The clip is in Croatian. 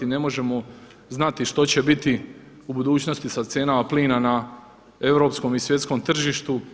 Ne možemo znati što će biti u budućnosti sa cijenama plina na europskom i svjetskom tržištu.